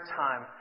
time